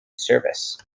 service